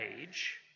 age